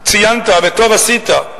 ציינת, וטוב עשית,